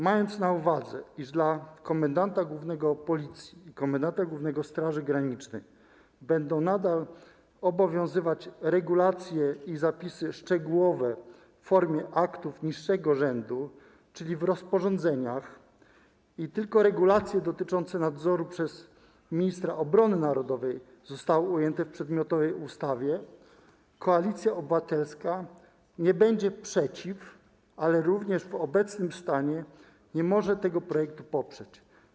Mając na uwadze to, iż komendanta głównego Policji, komendanta głównego Straży Granicznej będą nadal obowiązywać regulacje i zapisy szczegółowe w formie aktów niższego rzędu, czyli rozporządzeń, i tylko regulacje dotyczące nadzoru przez ministra obrony narodowej zostały ujęte w przedmiotowej ustawie, Koalicja Obywatelska nie będzie przeciw, ale również w obecnym stanie nie może tego projektu poprzeć.